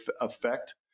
effect